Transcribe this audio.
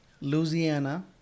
Louisiana